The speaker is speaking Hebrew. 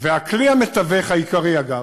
והכלי המתווך העיקרי, אגב,